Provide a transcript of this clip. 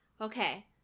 Okay